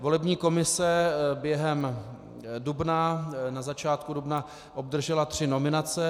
Volební komise během dubna, na začátku dubna, obdržela tři nominace.